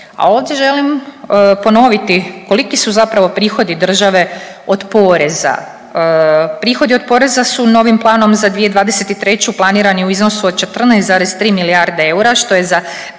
A ovdje želim ponoviti koliki su zapravo prihodi države od poreza. Prihodi od poreza su novim planom za 2023. planirani u iznosu od 14,3 milijarde eura što je za